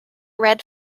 red